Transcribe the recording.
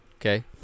Okay